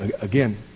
Again